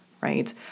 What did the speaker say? right